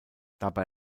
dabei